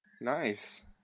Nice